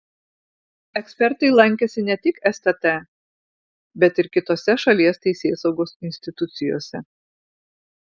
ekspertai lankėsi ne tik stt bet ir kitose šalies teisėsaugos institucijose